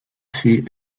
see